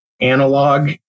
analog